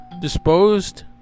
disposed